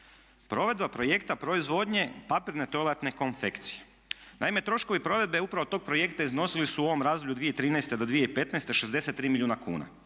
Provedba projekta proizvodnje papirne toaletne konfekcije. Naime, troškovi provedbe upravo tog projekta iznosili su u ovom razdoblju od 2013. do 2015. 63 milijuna kuna.